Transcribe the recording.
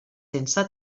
sense